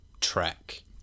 track